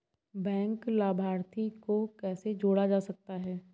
Bank लाभार्थी को कैसे जोड़ा जा सकता है?